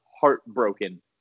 heartbroken